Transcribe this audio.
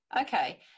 Okay